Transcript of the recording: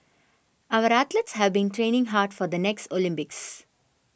our athletes have been training hard for the next Olympics